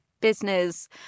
business